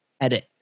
edit